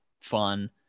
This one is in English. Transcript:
fun